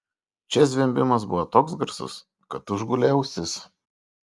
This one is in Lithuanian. čia zvimbimas buvo toks garsus kad užgulė ausis